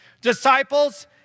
Disciples